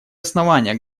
основания